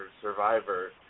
Survivor